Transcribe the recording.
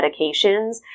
medications